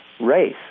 race